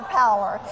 power